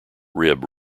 rib